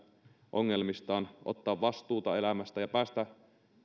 ongelmistaan ottaa vastuuta elämästään ja päästä